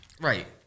right